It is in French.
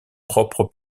propre